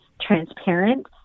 transparent